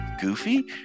Goofy